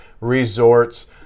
resorts